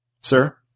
Sir